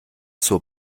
zur